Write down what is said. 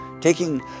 taking